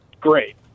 great